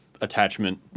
attachment